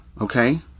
Okay